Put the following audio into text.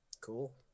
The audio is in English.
Cool